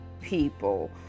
people